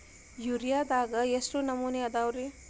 ಯೂರಿಯಾದಾಗ ಎಷ್ಟ ನಮೂನಿ ಅದಾವ್ರೇ?